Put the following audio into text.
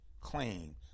claim